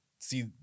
See